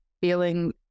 feeling